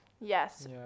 Yes